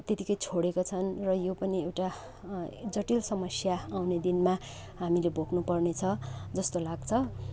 त्यतिकै छोडेको छन् र यो पनि एउटा जटिल समस्या आउने दिनमा हामीले भोग्नु पर्नेछ जस्तो लाग्छ